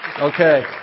Okay